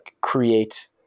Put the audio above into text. create